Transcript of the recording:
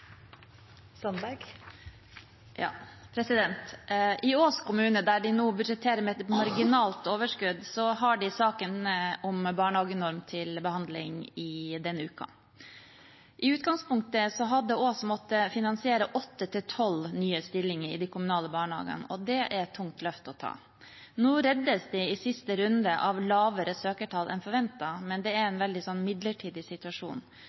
I Ås kommune, der de nå budsjetterer med et marginalt overskudd, har de saken om barnehagenorm til behandling denne uken. I utgangspunktet hadde Ås måttet finansiere åtte–tolv nye stillinger i de kommunale barnehagene, og det er et tungt løft å ta. Nå reddes de i siste runde av lavere søkertall enn forventet, men det er en veldig midlertidig situasjon